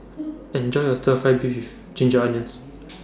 Enjoy your Stir Fry Beef with Ginger Onions